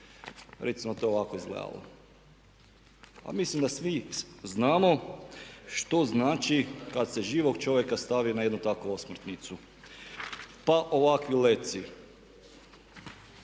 Recimo to je ovako izgledalo. Pa mislim da svi znamo što znači kad se živog čovjeka stavi na jednu takvu osmrtnicu, pa ovakvi letci,